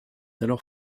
alors